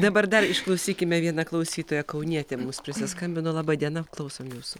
dabar dar išklausykime viena klausytoja kaunietė mums prisiskambino laba diena klausimom jūsų